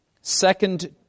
second